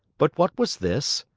but what was this?